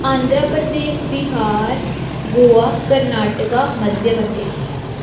Andhra Pradesh Bihar Goa Karnataka Madhya Pradesh